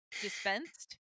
dispensed